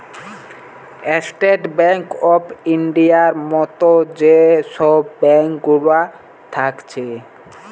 state bank of ইন্ডিয়ার মত যে সব ব্যাঙ্ক গুলা থাকছে